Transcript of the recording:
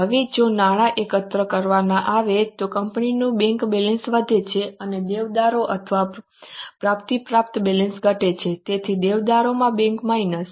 હવે જો નાણાં એકત્ર કરવામાં આવે તો કંપનીનું બેંક બેલેન્સ વધે છે અને દેવાદારો અથવા પ્રાપ્તિપાત્ર બેલેન્સ ઘટે છે તેથી દેવાદારોમાં બેંક માઈનસ